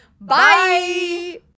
Bye